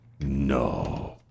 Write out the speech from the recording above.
No